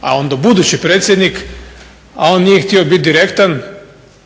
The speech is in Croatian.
a onda budući predsjednik, a on nije htio biti direktan,